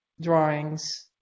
drawings